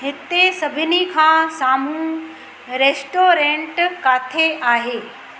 हिते सभिनी खां साम्हूं रेस्टोरेंट किथे आहे